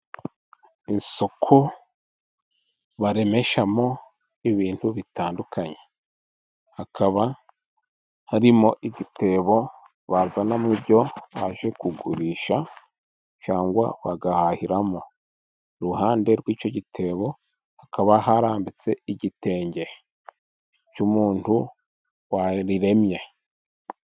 Isoko baremeshamo ibintu bitandukanye, hakaba harimo igitebo bazanamo ibyo baje kugurisha, cyangwa bagahahiramo, iruhande rw'icyo gitebo hakaba harambitse igitenge cy'umuntu wariremye.